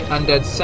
Undead